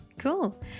Cool